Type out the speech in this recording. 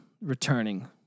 returning